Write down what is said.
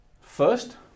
First